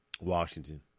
Washington